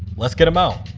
let's get him out.